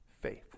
faith